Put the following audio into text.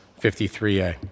53A